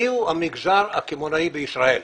מי הוא המגזר הקמעונאי בישראל.